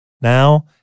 Now